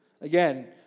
Again